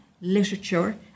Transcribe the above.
literature